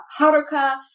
Haruka